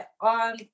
on